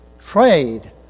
trade